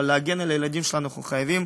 אבל להגן על הילדים שלנו אנחנו חייבים,